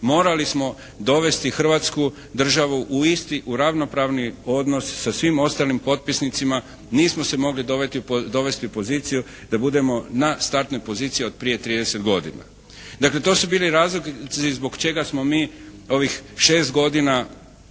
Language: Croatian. morali smo dovesti Hrvatsku državu u isti, u ravnopravni odnos sa svim ostalim potpisnicima. Nismo se mogli dovesti u poziciju da budemo na startnoj poziciji od prije trideset godina. Dakle, to su bili razlozi zbog čega smo mi ovih šest godina